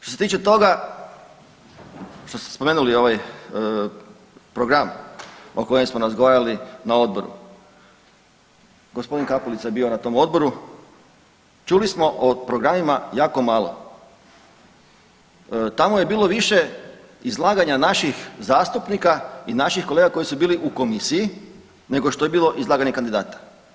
Što se tiče toga što ste spomenuli ovaj program o kojem smo razgovarali na odboru, gospodin Kapulica je bio na tom odboru, čuli smo o programima jako malo, tamo je bilo više izlaganja naših zastupnika i naših kolega koji su bili u komisiji nego što je bilo izlaganje kandidata.